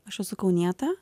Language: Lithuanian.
aš esu kaunietė